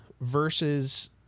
versus